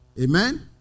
Amen